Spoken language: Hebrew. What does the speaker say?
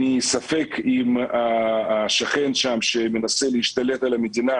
אני ספק אם השכן שם שמנסה להשתלט על המדינה,